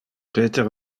peter